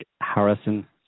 Harrison